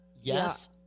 Yes